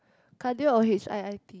cardio or H_I_I_T